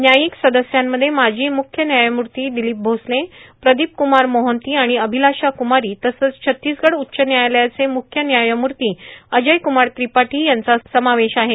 न्यायिक सदस्यांमध्ये माजी मुख्य न्यायमूर्ती दिलीप भोसले प्रदीप कुमार मोहंती आणि अभिलाषा कुमारी तसंच छत्तीसगड उच्च न्यायालयाचे मुख्य न्यायमूर्ती अजय कुमार त्रिपाठी यांचा समावेश आहे